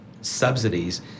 subsidies